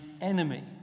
enemy